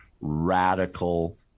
radical